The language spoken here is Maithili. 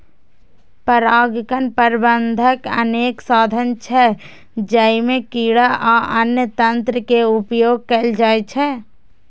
परागण प्रबंधनक अनेक साधन छै, जइमे कीड़ा आ अन्य तंत्र के उपयोग कैल जाइ छै